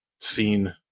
seen